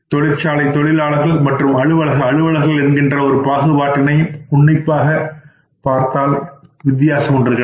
தொழிற்சாலை தொழிலாளர்கள் மற்றும் அலுவலக அலுவலர்கள் என்கின்ற ஒரு பாகுபாட்டினை உன்னிப்பாகப் பார்த்தால் கிடைக்கும்